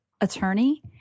attorney